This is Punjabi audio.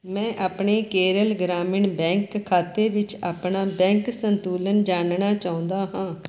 ਮੈਂ ਆਪਣੇ ਕੇਰਲ ਗ੍ਰਾਮੀਣ ਬੈਂਕ ਖਾਤੇ ਵਿੱਚ ਆਪਣਾ ਬੈਂਕ ਸੰਤੁਲਨ ਜਾਣਨਾ ਚਾਹੁੰਦਾ ਹਾਂ